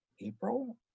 April